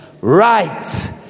right